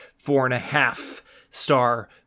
four-and-a-half-star